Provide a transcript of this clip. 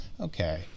Okay